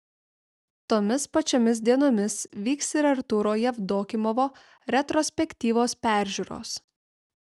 tomis pačiomis dienomis vyks ir artūro jevdokimovo retrospektyvos peržiūros